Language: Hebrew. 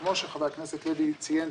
וכמו שחבר הכנסת ציין,